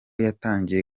yatangiye